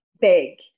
big